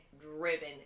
driven